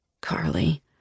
Carly